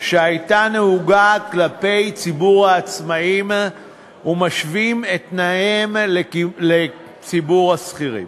שהייתה נהוגה כלפי ציבור העצמאים ומשווים את תנאיהם לציבור השכירים.